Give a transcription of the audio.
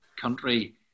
country